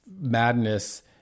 madness